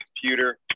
computer